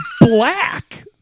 black